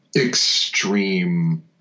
extreme